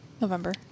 November